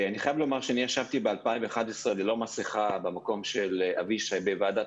אני חייב לומר שאני ישבתי ב-2011 ללא מסיכה במקום של אבישי בוועדת